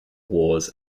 wars